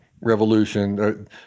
revolution